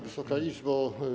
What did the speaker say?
Wysoka Izbo!